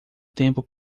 tempo